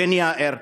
הבן יאיר: